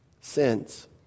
sins